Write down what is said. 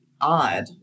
odd